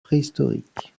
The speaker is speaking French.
préhistoriques